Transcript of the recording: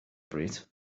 bryd